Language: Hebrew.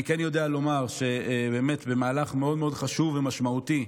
אני כן יודע לומר שבמהלך מאוד חשוב ומשמעותי,